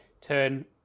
turn